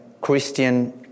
Christian